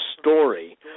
story